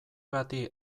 bati